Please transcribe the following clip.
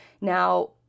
Now